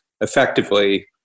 effectively